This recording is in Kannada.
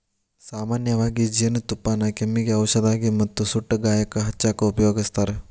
ಸಾಮನ್ಯವಾಗಿ ಜೇನುತುಪ್ಪಾನ ಕೆಮ್ಮಿಗೆ ಔಷದಾಗಿ ಮತ್ತ ಸುಟ್ಟ ಗಾಯಕ್ಕ ಹಚ್ಚಾಕ ಉಪಯೋಗಸ್ತಾರ